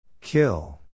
Kill